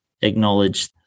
acknowledge